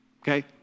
Okay